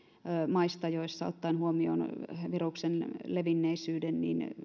maista joissa ottaen huomioon viruksen levinneisyyden